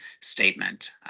statement